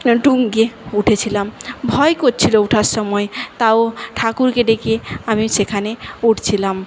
তুঙ্গে উঠেছিলাম ভয় করছিল ওঠার সময় তাও ঠাকুরকে ডেকে আমি সেখানে উঠছিলাম